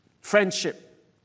friendship